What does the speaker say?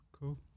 Cool